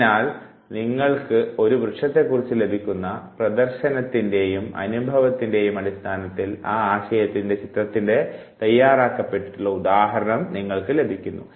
അതിനാൽ നിങ്ങൾക്ക് ഒരു വൃക്ഷത്തെക്കുറിച്ച് ലഭിക്കുന്ന പ്രദർശനത്തിൻറെയും അനുഭവത്തിൻറെയും അടിസ്ഥാനത്തിൽ ആ ആശയത്തിൻറെ ചിത്രത്തിൻറെ തയ്യാറാക്കപ്പെട്ടിട്ടുള്ള ഉദാഹരണം നിങ്ങൾക്ക് ലഭിക്കുന്നു